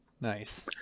nice